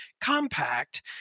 Compact